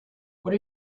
what